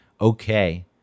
okay